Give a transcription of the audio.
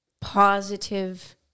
positive